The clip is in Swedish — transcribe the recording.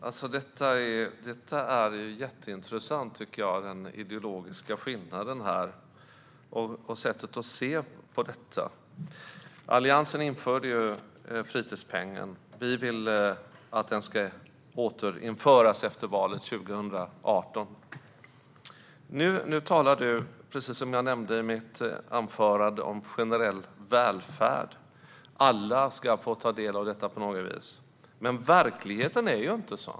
Fru talman! Det är jätteintressant, tycker jag, med den ideologiska skillnaden här och sättet att se på detta. Alliansen införde ju fritidspengen. Vi vill att den ska återinföras efter valet 2018. Nu talar du, precis som jag nämnde i mitt anförande, om generell välfärd. Alla ska få ta del av detta på något vis. Men verkligheten är ju inte sådan.